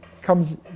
comes